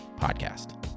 podcast